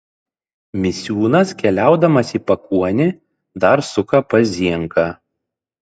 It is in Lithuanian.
misiūnas keliaudamas į pakuonį dar suka pas zienką